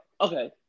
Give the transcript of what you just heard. okay